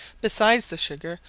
besides the sugar,